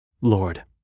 Lord